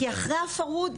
כי אחרי הפרהוד,